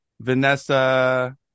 Vanessa